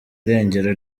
irengero